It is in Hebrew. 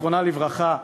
זיכרונה לברכה,